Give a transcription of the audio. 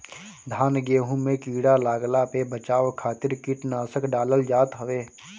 धान गेंहू में कीड़ा लागला पे बचाव खातिर कीटनाशक डालल जात हवे